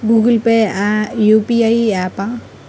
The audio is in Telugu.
గూగుల్ పే యూ.పీ.ఐ య్యాపా?